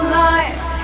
life